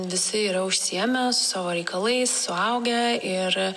visi yra užsiėmę savo reikalais suaugę ir